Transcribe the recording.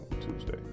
Tuesday